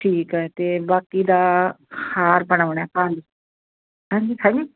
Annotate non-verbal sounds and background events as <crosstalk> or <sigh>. ਠੀਕ ਹੈ ਅਤੇ ਬਾਕੀ ਦਾ ਹਾਰ ਬਣਵਾਉਣਾ <unintelligible> ਹਾਂਜੀ ਹਾਂਜੀ